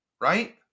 Right